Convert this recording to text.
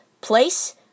Place